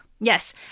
Yes